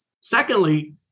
Secondly